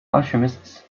alchemists